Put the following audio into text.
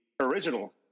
original